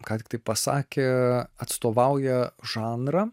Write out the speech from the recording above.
ką tiktai pasakė atstovauja žanrą